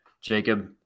Jacob